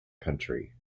country